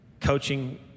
coaching